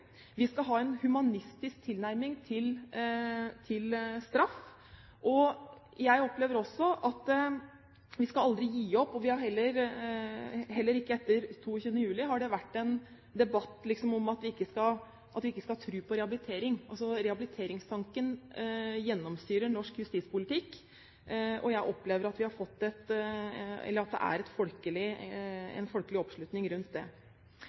Vi skal ha en humanistisk tilnærming til straff. Jeg opplever også at vi aldri skal gi opp. Heller ikke etter 22. juli har det vært en debatt om at vi ikke skal tro på rehabilitering. Rehabiliteringstanken gjennomsyrer norsk justispolitikk. Jeg opplever at det er en folkelig oppslutning rundt det. Det er flere som har vært inne på her i dag at vi kommer til å stå i avveininger når det